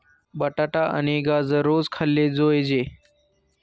बटाटा आणि गाजर रोज खाल्ले जोयजे